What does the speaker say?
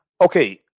Okay